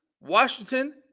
Washington